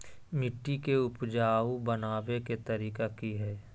मिट्टी के उपजाऊ बनबे के तरिका की हेय?